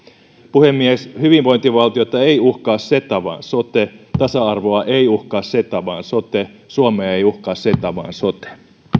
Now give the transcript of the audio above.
puhemies hyvinvointivaltiota ei uhkaa ceta vaan sote tasa arvoa ei uhkaa ceta vaan sote suomea ei uhkaa ceta vaan sote